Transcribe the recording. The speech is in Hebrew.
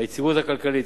היציבות הכלכלית,